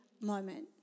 moment